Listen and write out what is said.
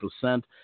percent